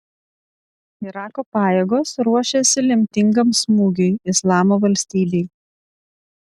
irako pajėgos ruošiasi lemtingam smūgiui islamo valstybei